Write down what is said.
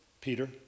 Peter